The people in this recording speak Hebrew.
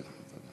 אמיר.